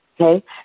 Okay